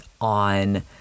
on